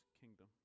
kingdom